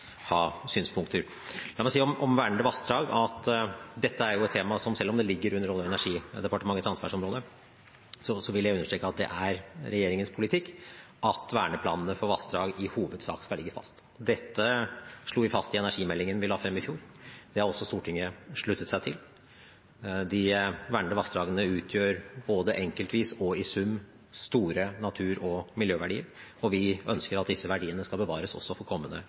ha synspunkter. Når det gjelder vernede vassdrag, vil jeg, selv om det ligger under Olje- og energidepartementets ansvarsområde, understreke at det er regjeringens politikk at verneplanene for vassdrag i hovedsak skal ligge fast. Dette slo vi fast i energimeldingen vi la frem i fjor. Det har også Stortinget sluttet seg til. De vernede vassdragene utgjør både enkeltvis og i sum store natur- og miljøverdier, og vi ønsker at disse verdiene skal bevares også for kommende